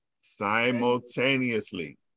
simultaneously